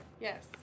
Yes